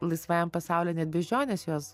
laisvajam pasauly net beždžionės juos